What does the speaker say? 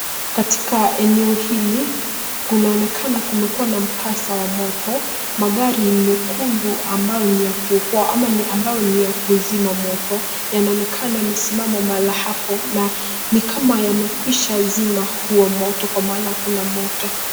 katika eneo hili kunaonekana kumekuwa na mkasa wa moto, Magari mekundu ambayo ni ya kuokoa ama ni ambayo ya kuzima moto yanaonekana yamesimama mahala hapo na ni kama yamekwisha zima huo moto kwa maana hakuna moto.